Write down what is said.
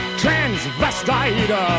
transvestite